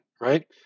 right